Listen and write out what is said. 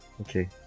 Okay